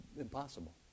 Impossible